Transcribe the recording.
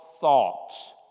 thoughts